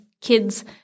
kids